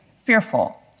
fearful